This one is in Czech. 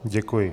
Děkuji.